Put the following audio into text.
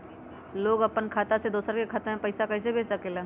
लोग अपन खाता से दोसर के खाता में पैसा कइसे भेज सकेला?